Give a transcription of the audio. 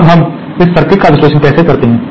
अब हम इस सर्किट का विश्लेषण कैसे करते हैं